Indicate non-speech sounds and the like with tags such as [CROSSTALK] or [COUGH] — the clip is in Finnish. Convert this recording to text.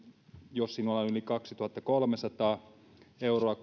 jos sinulla on yli kaksituhattakolmesataa euroa [UNINTELLIGIBLE]